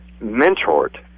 mentored